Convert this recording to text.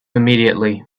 immediately